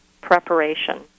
preparation